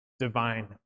Divine